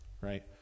right